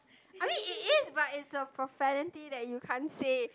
I mean it is but it's a profanity that you can't say